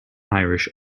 irish